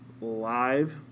live